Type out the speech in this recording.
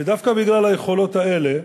ודווקא בגלל היכולות האלה,